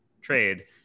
trade